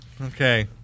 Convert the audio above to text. Okay